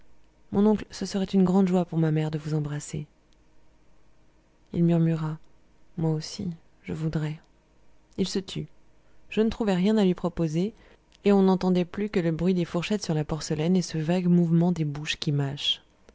mon oncle ce serait une grande joie pour ma mère de vous embrasser il murmura moi aussi je voudrais il se tut je ne trouvais rien à lui proposer et on n'entendait plus que le bruit des fourchettes sur la porcelaine et ce vague mouvement des bouches qui